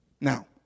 Now